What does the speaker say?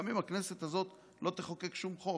גם אם הכנסת הזאת לא תחוקק שום חוק,